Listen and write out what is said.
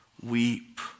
weep